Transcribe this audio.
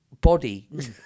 body